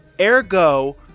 Ergo